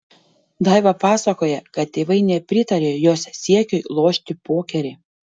daiva pasakoja kad tėvai nepritarė jos siekiui lošti pokerį